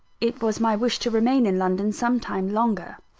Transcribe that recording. it was my wish to remain in london some time longer.